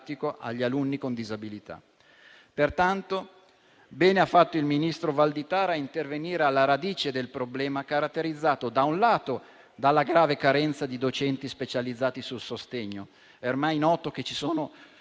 Pertanto, bene ha fatto il ministro Valditara a intervenire alla radice del problema, caratterizzato, da un lato, dalla grave carenza di docenti specializzati sul sostegno